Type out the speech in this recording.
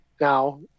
Now